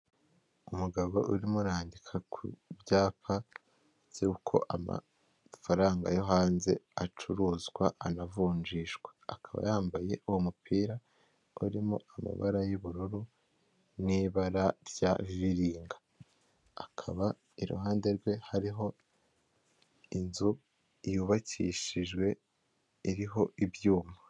Umugabo urimo andika ku byapa by'uko amafaranga yo hanze acuruzwa anavunjishwa, akaba yambaye uwo mupira urimo amabara y'ubururu n'ibara rya viringa, akaba iruhande rwe hariho inzu yubakishijwe iriho ibyuma.